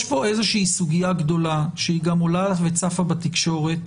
יש פה איזו סוגיה גדולה שגם צפה ועולה בתקשורת.